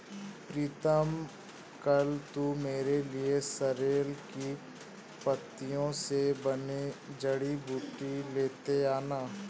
प्रीतम कल तू मेरे लिए सोरेल की पत्तियों से बनी जड़ी बूटी लेते आना